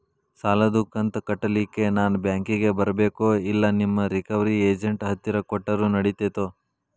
ಸಾಲದು ಕಂತ ಕಟ್ಟಲಿಕ್ಕೆ ನಾನ ಬ್ಯಾಂಕಿಗೆ ಬರಬೇಕೋ, ಇಲ್ಲ ನಿಮ್ಮ ರಿಕವರಿ ಏಜೆಂಟ್ ಹತ್ತಿರ ಕೊಟ್ಟರು ನಡಿತೆತೋ?